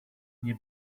nie